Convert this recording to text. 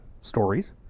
stories